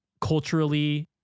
culturally